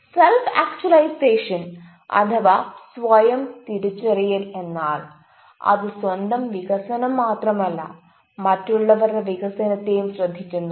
self actualisation അഥവാ സ്വയം തിരിച്ചറിയൽ എന്നാൽ അത് സ്വന്തം വികസനം മാത്രമല്ല മറ്റുള്ളവരുടെ വികസനത്തെയും ശ്രദ്ധിക്കുന്നു